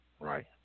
Right